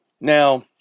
now